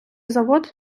завод